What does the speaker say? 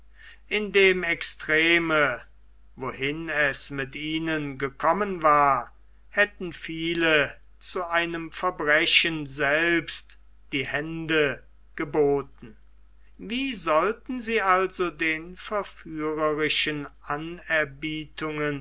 in dem extreme wohin es mit ihnen gekommen war hätten viele zu einem verbrechen selbst die hände geboten wie sollten sie also den verführerischen